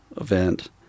event